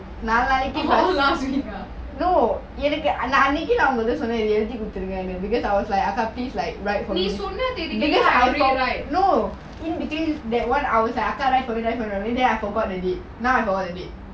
oh last week ah நீ சொன்ன தேதிகிலம்:nee sonna theathikilam I already write